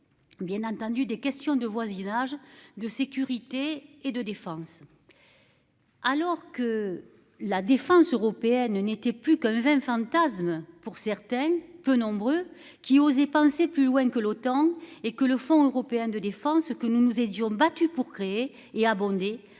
Bien entendu, des questions de voisinage, de sécurité et de défense.-- Alors que la défense européenne, n'était plus qu'fantasme pour certains, peu nombreux, qui osaient penser plus loin que l'OTAN et que le Fonds européen de défense que nous nous étions battus pour créé et abondé